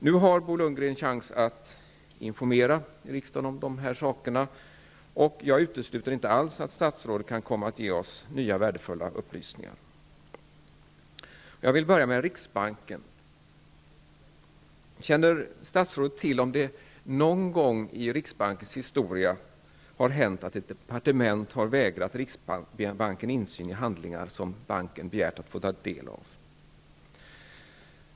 Nu har Bo Lundgren en chans att informera riksdagen om dessa saker. Jag utesluter inte alls att statsrådet kan komma att ge oss nya värdefulla upplysningar. Jag vill börja med riksbanken. Känner statsrådet till om det någon gång i riksbankens historia har hänt att ett departement har vägrat riksbanken insyn i handlingar som banken har begärt att få ta del av?